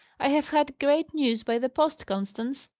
i have had great news by the post, constance.